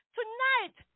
Tonight